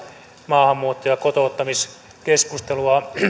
maahanmuutto ja kotouttamiskeskustelua